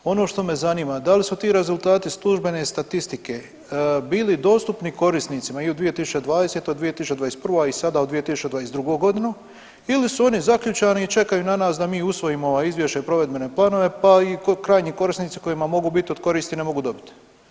Ono što me zanima da li su ti rezultati službene statistike bili dostupni korisnicima i u 2020. i u 2021., a i sada u 2022. godinu ili su oni zaključani i čekaju na nas da mi usvojimo ova izvješća i provedbene planove, pa i krajnji korisnici kojima mogu biti od koristi ne mogu dobiti.